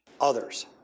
others